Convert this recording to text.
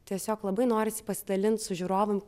tiesiog labai norisi pasidalint su žiūrovu